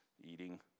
eating